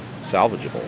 salvageable